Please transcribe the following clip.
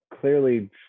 clearly